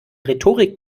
rhetorik